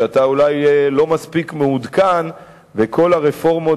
שאתה אולי לא מספיק מעודכן בכל הרפורמות